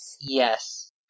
Yes